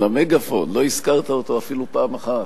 את המגאפון, לא הזכרת אותו אפילו פעם אחת.